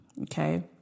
Okay